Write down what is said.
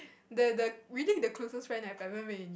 the the really the closest friend I have ever made in